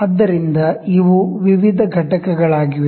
ಆದ್ದರಿಂದಇವು ವಿವಿಧ ಘಟಕಗಳಾಗಿವೆ